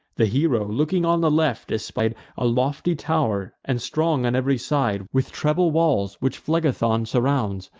the hero, looking on the left, espied a lofty tow'r, and strong on ev'ry side with treble walls, which phlegethon surrounds,